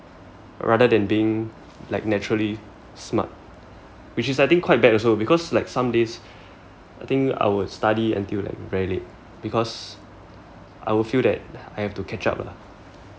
rather than being like naturally smart which is I think quite bad also because like some days I think I would study until like very late because I will feel that I have to catch up lah